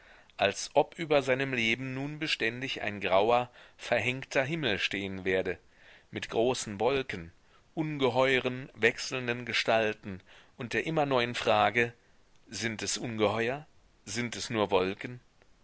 als ob über seinem leben nun beständig ein grauer verhängter himmel stehen werde mit großen wolken ungeheuren wechselnden gestalten und der immer neuen frage sind es ungeheuer sind es nur wolken